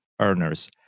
earners